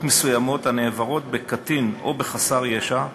מסוימות הנעברות בקטין או בחסר ישע: